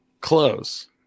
Close